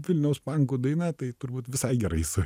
vilniaus pankų daina tai turbūt visai gerai su